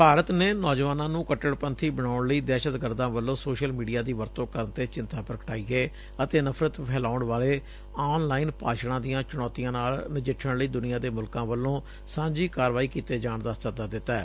ਭਾਰਤ ਨੇ ਨੌਜੁਆਨਾਂ ਨੂੰ ਕਟੱਤਪੰਬੀ ਬਣਾਉਣ ਲਈ ਦਹਿਸ਼ਤਗਰਦਾਂ ਵੱਲੋਂ ਸੋਸ਼ਲ ਮੀਡੀਆ ਦੀ ਵਰਤੋਂ ਕਰਨ ਤੇ ਚਿੰਤਾ ਪੁਗਟਾਈ ਏ ਅਤੇ ਨਫਰਤ ਫੈਲਾਉਣ ਵਾਲੇ ਆਨ ਲਾਈਨ ਭਾਸ਼ਣਾਂ ਦੀਆਂ ਚੁਣੌਤੀਆਂ ਨਾਲ ਨਜਿੱਠਣ ਲਈ ਦੂਨੀਆਂ ਦੇ ਮੁਲਕਾਂ ਵੱਲੋਂ ਸਾਂਝੀ ਕਾਰਵਾਈ ਕੀਤੇ ਜਾਣ ਦਾ ਸੱਦਾ ਦਿੱਤੈ